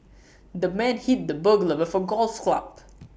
the man hit the burglar with A golf club